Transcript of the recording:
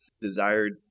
desired